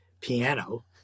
piano